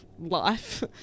life